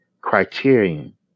criterion